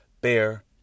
bear